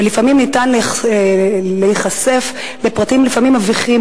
ולפעמים ניתן להיחשף לפרטים מביכים,